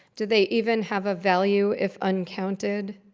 do they even have a value if uncounted?